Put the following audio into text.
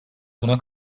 buna